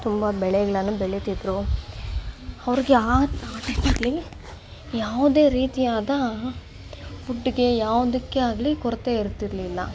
ತುಂಬ ಬೆಳೆಗಳನ್ನ ಬೆಳೀತಿದ್ರು ಅವ್ರಿಗೆ ಆ ಯಾವುದೇ ರೀತಿಯಾದ ಫುಡ್ಡಿಗೆ ಯಾವುದಕ್ಕೆ ಆಗಲಿ ಕೊರತೆ ಇರ್ತಿರಲಿಲ್ಲ